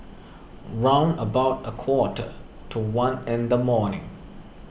round about a quarter to one in the morning